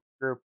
group